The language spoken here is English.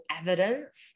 evidence